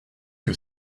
que